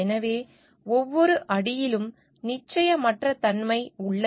எனவே ஒவ்வொரு அடியிலும் நிச்சயமற்ற தன்மை உள்ளது